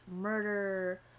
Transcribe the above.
murder